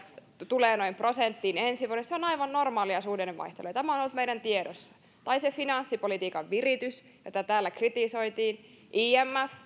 tulee noin prosenttiin ensi vuonna on aivan normaalia suhdannevaihtelua ja tämä on ollut meidän tiedossamme tai se finanssipolitiikan viritys jota täällä kritisoitiin imf